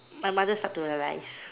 my mother starts to realise